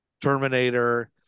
Terminator